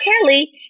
Kelly